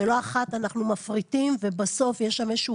אנחנו מפריטים ובסוף יש שם איזה שהוא